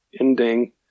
ending